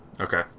Okay